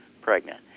pregnant